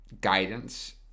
guidance